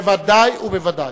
בוודאי ובוודאי.